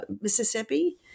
Mississippi